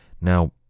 Now